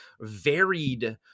varied